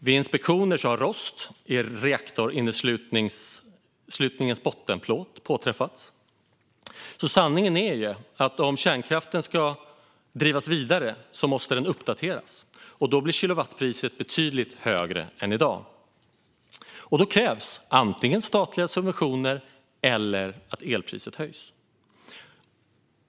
Vid inspektioner har rost i reaktorinneslutningens bottenplåt påträffats. Sanningen är alltså att om kärnkraften ska drivas vidare måste den uppdateras. Då blir kilowattpriset betydligt högre än i dag. Då krävs antingen statliga subventioner eller att elpriset höjs.